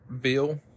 Bill